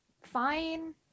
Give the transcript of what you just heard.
Fine